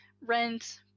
Rent